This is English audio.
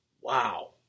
wow